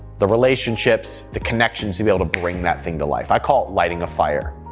the relationships, the connections to be to bring that thing to life. i call it lighting a fire.